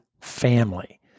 family